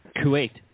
kuwait